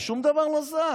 ושום דבר לא זז.